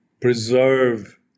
preserve